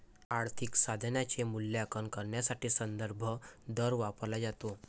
आर्थिक साधनाचे मूल्यांकन करण्यासाठी संदर्भ दर वापरला जातो